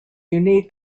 unique